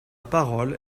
parole